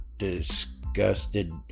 disgusted